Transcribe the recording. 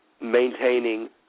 maintaining